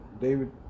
David